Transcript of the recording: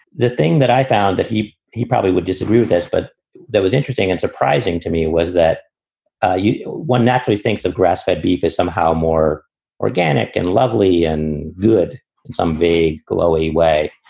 the thing that i found that he he probably would disagree with this, but that was interesting and surprising to me was that ah you one naturally thinks of grass fed beef is somehow more organic and lovely and good in some vague, glowing way.